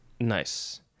Nice